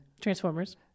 Transformers